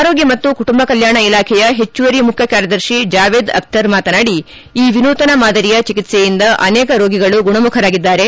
ಆರೋಗ್ಯ ಮತ್ತು ಕುಟುಂಬ ಕಲ್ಲಾಣ ಇಲಾಖೆ ಹೆಚ್ಲುವರಿ ಮುಖ್ಯ ಕಾರ್ಯದರ್ಶಿ ಜಾವೇದ್ ಅಖ್ತರ್ ಮಾತನಾಡಿ ಈ ಎನೂತನ ಮಾದರಿಯ ಚಿಕಿತ್ಸೆಯಿಂದ ಅನೇಕ ರೋಗಿಗಳು ಗುಣಮುಖರಾಗಿದ್ದಾರೆ